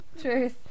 Truth